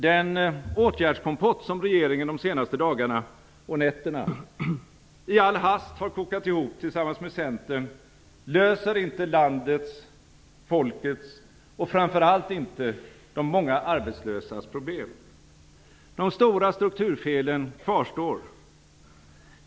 Den åtgärdskompott som regeringen de senaste dagarna - och nätterna - i all hast har kokat ihop tillsammans med Centern löser inte landets, folkets och framför allt inte de många arbetslösas problem. De stora strukturfelen kvarstår.